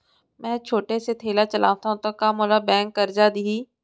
मैं छोटे से ठेला चलाथव त का मोला बैंक करजा दिही?